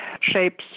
shapes